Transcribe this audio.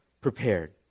prepared